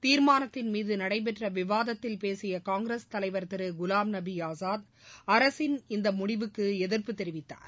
தீமானத்தின் மீது நடைபெற்ற விவாத்தில் பேசிய காங்கிரஸ் தலைவர் திரு குலாம்நபி ஆஸாத் அரசின் இந்த முடிவுக்கு எதிர்ப்பு தெரிவித்தார்